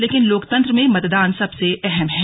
लेकिन लोकतन्त्र में मतदान सबसे अहम है